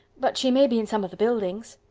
but she may be in some of the buildings.